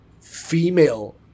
female